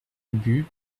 ubu